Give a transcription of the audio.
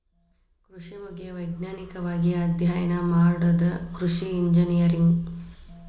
ಕೃಷಿ ಬಗ್ಗೆ ವೈಜ್ಞಾನಿಕವಾಗಿ ಅಧ್ಯಯನ ಮಾಡುದ ಕೃಷಿ ಇಂಜಿನಿಯರಿಂಗ್